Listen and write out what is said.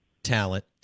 Talent